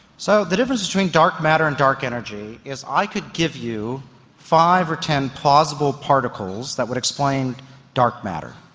so the difference between dark matter and dark energy is i could give you five or ten plausible particles that would explain dark matter.